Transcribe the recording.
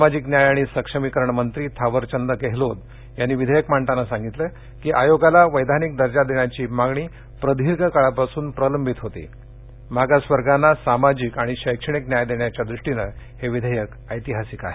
सामाजिक न्याय आणि सक्षमीकरण मंत्री थावरचंद गेहलोत यांनी विधेयक मांडताना सांगितलं की आयोगाला वैधानिक दर्जा देण्याची मागणी प्रदीर्घ काळापासून प्रलंबित होती मागास वर्गांना सामाजिक आणि शैक्षणिक न्याय देण्याच्या द्रष्टिनं हे विधेयक ऐतिहासिक आहे